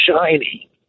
shiny